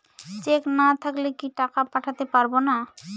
Check না থাকলে কি টাকা পাঠাতে পারবো না?